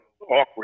awkward